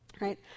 right